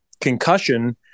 concussion